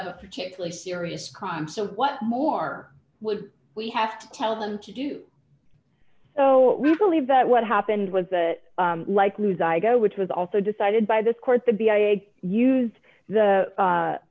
a particular serious crime so what more would we have to tell them to do so we believe that what happened was that like news i go which was also decided by this court the b i used the